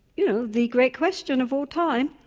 you know, the great question of all time,